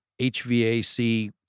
HVAC